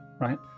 right